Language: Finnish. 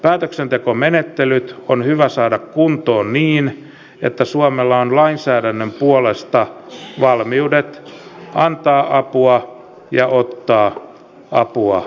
päätöksentekomenettelyt on hyvä saada kuntoon niin että suomella on lainsäädännön puolesta valmiudet antaa apua ja ottaa apua vastaan